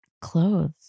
Clothes